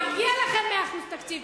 מגיע לכם 100% תקציב,